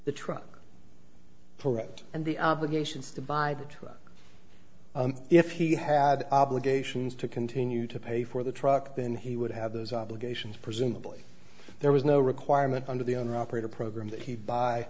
the truck permit and the obligations to buy the truck if he had obligations to continue to pay for the truck then he would have those obligations presumably there was no requirement under the owner operator program that he b